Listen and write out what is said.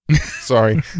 sorry